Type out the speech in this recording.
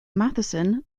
matheson